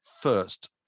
first